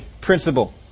principle